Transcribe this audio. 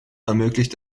ermöglicht